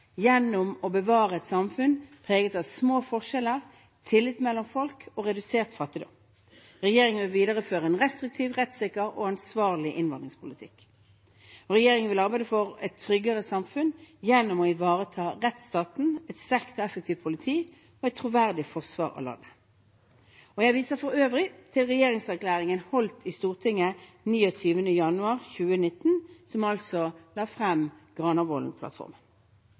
gjennom å bevare et samfunn preget av små forskjeller, tillit mellom folk og redusert fattigdom. Regjeringen vil videreføre en restriktiv, rettssikker og ansvarlig innvandringspolitikk. Regjeringen vil arbeide for et tryggere samfunn gjennom å ivareta rettsstaten, et sterkt og effektivt politi og et troverdig forsvar av landet. Jeg viser for øvrig til regjeringserklæringen holdt i Stortinget 29. januar 2019, hvor jeg la frem